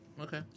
Okay